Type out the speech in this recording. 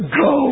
go